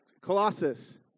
Colossus